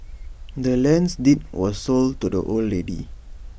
the land's deed was sold to the old lady